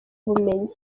ubumenyi